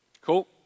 Cool